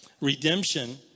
Redemption